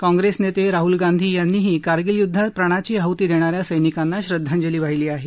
काँग्रेस नेते राहुल गांधी यांनीही कारगिल युद्धात प्राणांची आहुती देणा या सैनिकांना श्रद्धांजली वाहिली आहे